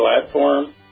platform